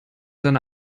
seine